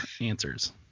answers